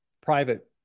private